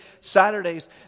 Saturdays